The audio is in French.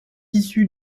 issu